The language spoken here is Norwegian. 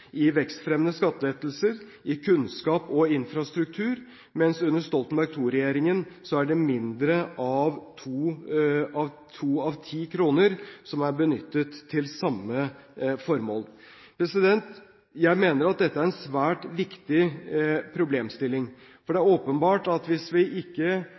i vekstfremmende skattelettelser, kunnskap og infrastruktur, mens under Stoltenberg II-regjeringen er mindre enn to av ti kroner benyttet til samme formål. Jeg mener dette er en svært viktig problemstilling. Det er åpenbart at hvis vi ikke